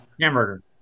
hamburger